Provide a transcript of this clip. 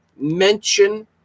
mention